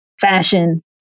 fashion